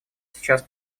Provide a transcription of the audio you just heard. сейчас